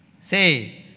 Say